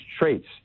traits